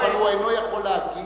אבל הוא אינו יכול להגיב,